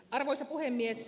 arvoisa puhemies